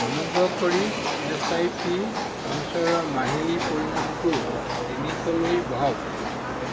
অনুগ্ৰহ কৰি S I P সঞ্চয় মাহিলী পৰিমাণটো তিনিশলৈ বঢ়াওক